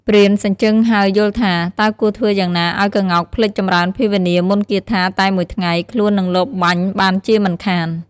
ព្រានសញ្ជឹងហើយយល់ថា តើគួរធ្វើយ៉ាងណាឱ្យក្ងោកភ្លេចចម្រើនភាវនាមន្ដគាថាតែមួយថ្ងៃ ខ្លួននឹងលបបាញ់បានជាមិនខាន ។